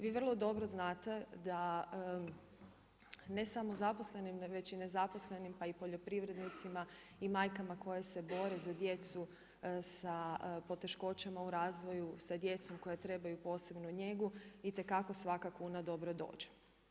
Vi vrlo dobro znate da ne samo nezaposlenim već i nezaposlenim, pa i poljoprivrednicima i majkama koje se bore za djecu sa poteškoćama u razvoju, sa djecom koja trebaju posebnu njegu itekako svaka kuna dobro dođe.